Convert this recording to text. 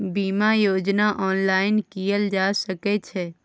बीमा योजना ऑनलाइन कीनल जा सकै छै?